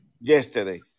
yesterday